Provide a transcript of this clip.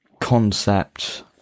concept